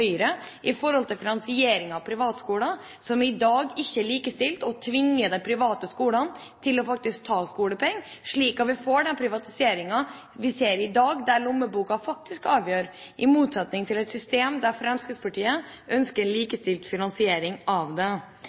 i forhold til finansiering av private skoler, som i dag ikke er likestilt, tvinger man de private skolene til faktisk å ta skolepenger, slik at vi får den privatiseringen som vi ser i dag, der lommeboka faktisk avgjør – i motsetning til et system slik Fremskrittspartiet ønsker, med likestilt finansiering. For øvrig syns jeg det